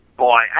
Boy